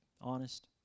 honest